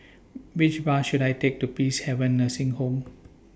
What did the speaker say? Which Bus should I Take to Peacehaven Nursing Home